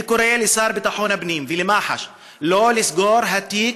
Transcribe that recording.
אני קורא לשר לביטחון הפנים ולמח"ש שלא לסגור את התיק,